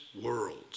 world